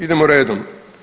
Idemo redom.